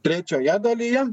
trečioje dalyje